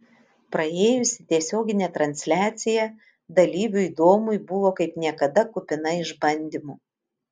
praėjusi tiesioginė transliacija dalyviui domui buvo kaip niekada kupina išbandymų